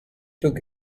took